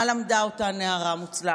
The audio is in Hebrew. מה למדה אותה נערה מוצלחת?